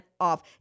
off